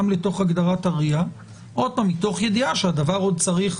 לתוך הגדרת הרי"ע מתוך ידיעה שהדבר צריך